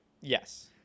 Yes